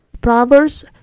Proverbs